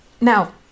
Now